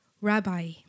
Rabbi